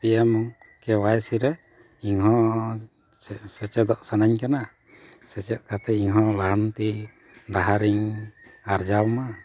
P M ᱠᱮ ᱚᱣᱟᱭ ᱥᱤ ᱨᱮ ᱤᱧᱦᱚᱸ ᱥᱮᱪᱮᱫᱚᱜ ᱥᱟᱹᱱᱟᱹᱧ ᱠᱟᱱᱟ ᱥᱮᱪᱮᱫ ᱠᱟᱛᱮᱫ ᱤᱧᱦᱚᱸ ᱞᱟᱦᱟᱱᱛᱤ ᱰᱟᱦᱟᱨᱤᱧ ᱟᱨᱡᱟᱣ ᱢᱟ